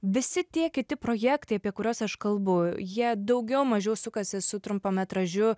visi tie kiti projektai apie kuriuos aš kalbu jie daugiau mažiau sukasi su trumpametražiu